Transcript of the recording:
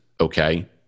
Okay